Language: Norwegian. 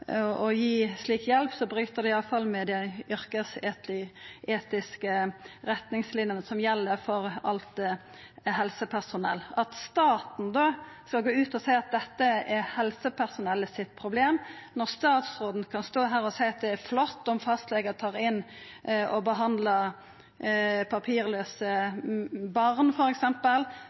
gi slik hjelp, bryt det iallfall med dei yrkesetiske retningslinjene som gjeld for alt helsepersonell. At staten skal gå ut og seia at dette er helsepersonellet sitt problem, når statsråden kan stå her og seia at det er flott om fastlegar tar inn og behandlar papirlause barn,